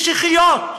משיחיים,